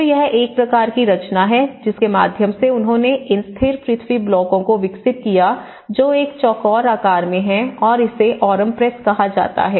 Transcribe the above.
तो यह एक प्रकार की रचना है जिसके माध्यम से उन्होंने इन स्थिर पृथ्वी ब्लॉकों को विकसित किया जो एक चौकोर आकार में हैं और इसे ऑरम प्रेस कहा जाता है